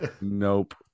nope